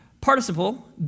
participle